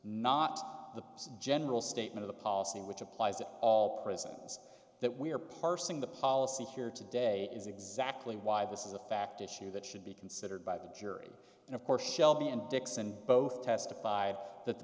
not the general statement of policy which applies to all prisons that we are parsing the policy here today is exactly why this is a fact issue that should be considered by the jury and of course shelby and dixon both testified that the